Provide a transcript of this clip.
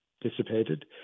dissipated